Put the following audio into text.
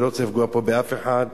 ואני לא רוצה לפגוע פה באף אחד,